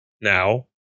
now